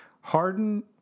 Harden